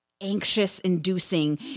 anxious-inducing